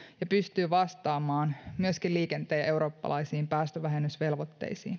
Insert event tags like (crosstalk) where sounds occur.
ja pystyy (unintelligible) myöskin vastaamaan liikenteen eurooppalaisiin päästövähennysvelvoitteisiin